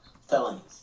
felonies